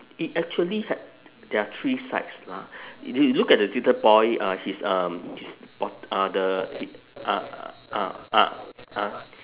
it actually ha~ there are three sides lah you look at the little boy uh his um his bot~ uh the he ah ah ah ah